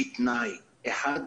בתנאי אחד,